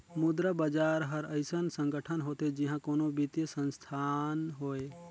मुद्रा बजार हर अइसन संगठन होथे जिहां कोनो बित्तीय संस्थान होए